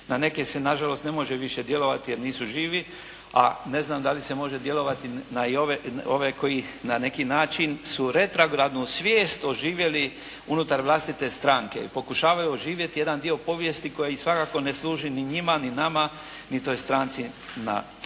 Na neke se nažalost ne može više djelovati jer nisu živi, a ne znam da li se može djelovati i na ove koji na neki način su retrogradnu svijest oživjeli unutar vlastite stranke i pokušavaju oživjeti jedan dio povijesti koji svakako ne služi ni njima, ni nama, ni toj stranci.